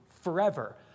forever